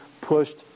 pushed